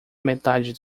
metade